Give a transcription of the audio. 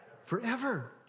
Forever